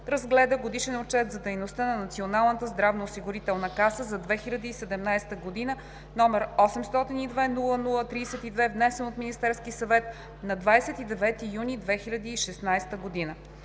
разгледа Годишен отчет за дейността на Националната здравноосигурителна каса за 2017 г., № 802-00-32, внесен от Министерския съвет на 29 юни 2018 г.